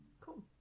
cool